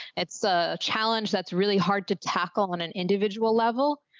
it's a challenge that's really hard to tackle on an individual level,